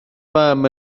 fam